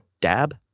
Dab